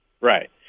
Right